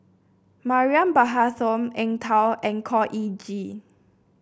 Mariam Baharom Eng Tow and Khor Ean Ghee